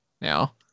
now